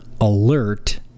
alert